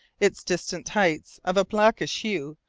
its distant heights, of a blackish hue,